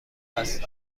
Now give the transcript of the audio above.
است